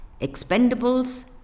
Expendables